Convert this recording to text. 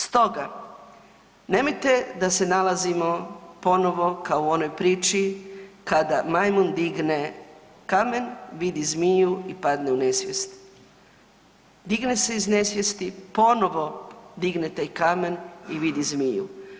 Stoga nemojte da se nalazimo ponovo kao u onoj priči, kada majmun digne kamen i vidi zmiju i padne u nesvijest, digne se iz nesvijesti ponovno digne taj kamen i vidi zmiju.